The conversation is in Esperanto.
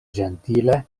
ĝentile